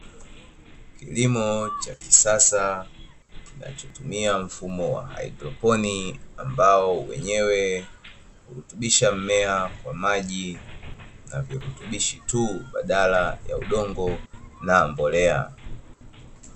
Kilimo cha kisasa kinachotumia mfumo wa haidroponi ambao wenyewe hurutubisha mmea kwa maji na virutubishi tu badala ya udongo na mbolea.